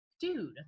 Dude